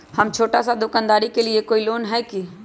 हम छोटा सा दुकानदारी के लिए कोई लोन है कि?